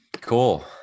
Cool